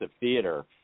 theater